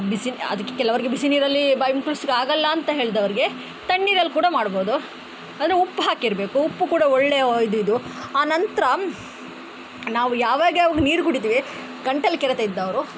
ಬಿಸಿ ಅದಕ್ಕೆ ಕೆಲವರಿಗೆ ಬಿಸಿ ನೀರಲ್ಲಿ ಬಾಯಿ ಮುಕುಳ್ಸ್ಲಿಕ್ಕೆ ಆಗೋಲ್ಲ ಅಂತ ಹೇಳಿದವ್ರಿಗೆ ತಣ್ಣೀರಲ್ಲಿ ಕೂಡ ಮಾಡ್ಬೋದು ಅಂದರೆ ಉಪ್ಪು ಹಾಕಿರಬೇಕು ಉಪ್ಪು ಕೂಡ ಒಳ್ಳೆಯ ಇದಿದ್ದು ಅನಂತರ ನಾವು ಯಾವಾಗ ಯಾವಾಗ ನೀರು ಕುಡೀತೀವಿ ಗಂಟಲು ಕೆರೆತ ಇದ್ದವರು